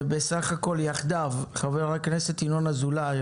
בסך הכל יחדיו חה"כ ינון אזולאי,